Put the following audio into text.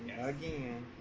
Again